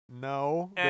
No